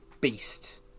beast